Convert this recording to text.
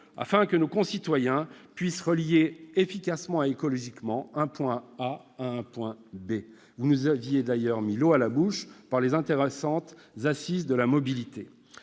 afin que nos concitoyens puissent relier efficacement et écologiquement un point A à un point B. Vous nous aviez d'ailleurs mis l'eau à la bouche avec les intéressantes Assises nationales de la mobilité.